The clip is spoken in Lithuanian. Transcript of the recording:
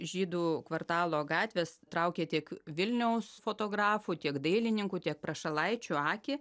žydų kvartalo gatvės traukia tiek vilniaus fotografų tiek dailininkų tiek prašalaičių akį